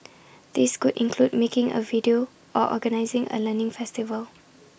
these could include making A video or organising A learning festival